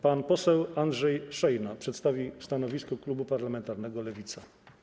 Pan poseł Andrzej Szejna przedstawi stanowisko klubu parlamentarnego Lewica.